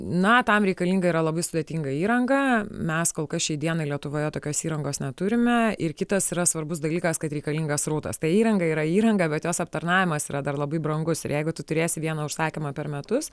na tam reikalinga yra labai sudėtinga įranga mes kol kas šiai dienai lietuvoje tokios įrangos neturime ir kitas yra svarbus dalykas kad reikalingas srautas tai įranga yra įranga bet jos aptarnavimas yra dar labai brangus ir jeigu tu turėsi vieną užsakymą per metus